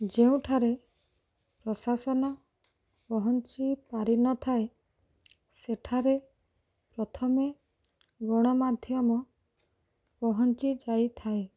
ଯେଉଁଠାରେ ପ୍ରଶାସନ ପହଁଞ୍ଚି ପାରିନଥାଏ ସେଠାରେ ପ୍ରଥମେ ଗଣାମଧ୍ୟମ ପହଞ୍ଚି ଯାଇଥାଏ